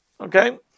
okay